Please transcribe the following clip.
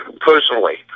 personally